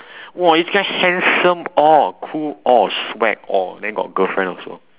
!whoa! this guy handsome all cool all swag all then got girlfriend also